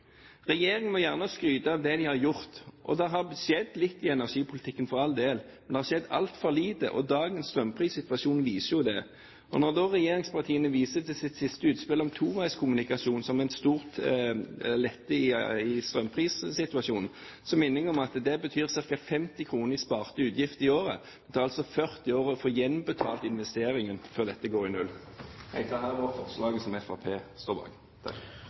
Regjeringen må gjerne skryte av det de har gjort. Det har skjedd litt i energipolitikken – for all del – men det har skjedd altfor lite. Dagens strømprissituasjon viser jo det. Når da regjeringspartiene viser til sitt siste utspill om toveiskommunikasjon som en stor lette i strømprissituasjonen, minner jeg om at det betyr ca. 50 kr i sparte utgifter i året. Det tar altså 40 år å få gjenbetalt investeringen, før dette går i null. Jeg tar herved opp forslaget som Fremskrittspartiet står bak.